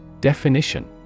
Definition